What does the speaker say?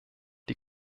die